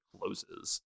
closes